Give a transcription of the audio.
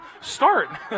start